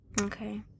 Okay